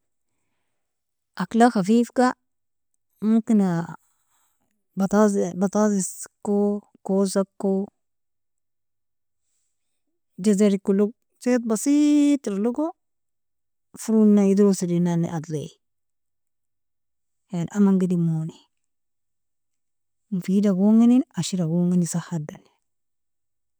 Akla khafifka momkina batatisiko, kosako, jazarikolog ziet basit tirlogo forona idrosa irennani adlie, yani aman gidermoni mufida gonginin ashra gonginin sahadan.